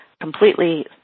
completely